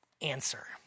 answer